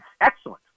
excellent